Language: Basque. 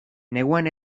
neguan